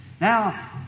Now